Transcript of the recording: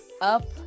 up